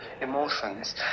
emotions